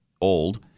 old